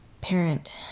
parent